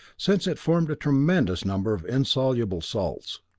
since it formed a tremendous number of insoluble salts.